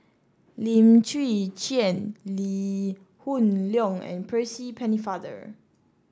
Lim Chwee Chian Lee Hoon Leong and Percy Pennefather